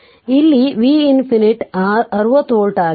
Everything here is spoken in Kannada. ಆದ್ದರಿಂದ ಇಲ್ಲಿ ಅದು v ∞ 60 ವೋಲ್ಟ್ ಆಗಿದೆ